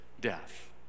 death